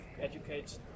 educate